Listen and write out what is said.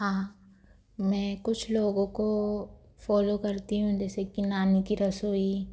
हाँ मैं कुछ लोगों को फॉलो करती हूँ जैसे कि नानी की रसोई